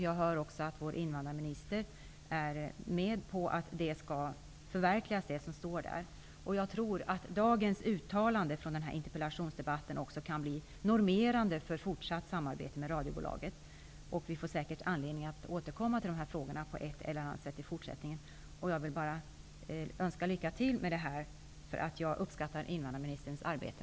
Jag hör också att vår invandrarminister är med på att det som står där skall förverkligas. Jag tror att dagens uttalanden från den här interpellationsdebatten också kan bli normerande för fortsatt samarbete med radiobolaget. Vi får säkert anledning att återkomma till dessa frågor på ett eller annat sätt i fortsättningen. Jag vill önska lycka till med detta arbete. Jag uppskattar invandrarministerns arbete.